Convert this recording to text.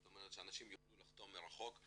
כלומר שאנשים יוכלו לחתום מרחוק,